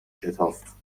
شتافت